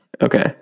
Okay